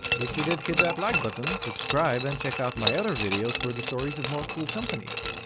if you did hit that like button, subscribe, and check out my other videos for the stories of more cool companies.